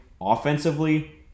offensively